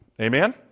Amen